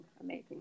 amazing